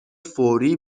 فوری